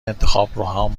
انتخابهام